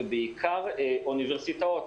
ובעיקר אוניברסיטאות.